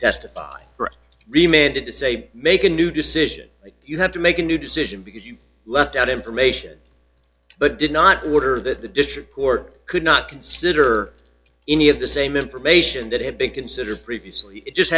testify remained to say make a new decision you have to make a new decision because you left out information but did not order that the district court could not consider any of the same information that had been considered previously just